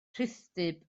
rhithdyb